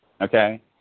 okay